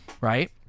Right